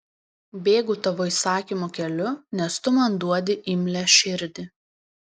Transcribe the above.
bėgu tavo įsakymų keliu nes tu man duodi imlią širdį